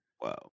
Wow